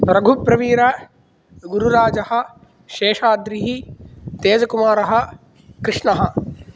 रघुप्रवीरः गुरुराजः शेषाद्रिः तेजकुमारः कृष्णः